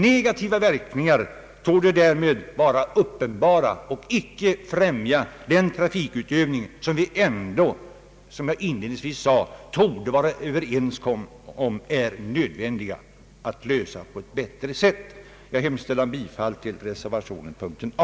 Negativa verkningar är därmed uppenbara och främjar icke trafikutövningen. Som jag inledningsvis sade, torde vi vara överens om att denna behöver ordnas på ett bättre sätt. Jag yrkar bifall till reservationen vid punkten A.